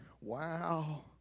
Wow